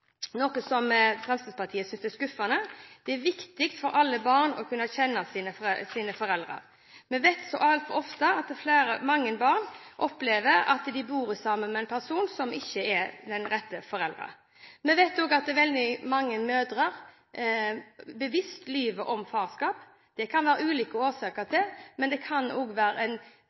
noe som Fremskrittspartiet synes er skuffende. Det er viktig for alle barn å kunne kjenne sine foreldre. Vi vet, så altfor ofte, at mange barn opplever å bo sammen med en person som ikke er den rette forelderen. Vi vet også at mange mødre bevisst lyver om farskap. Det kan være ulike årsaker til det, men det er ikke en